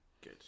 good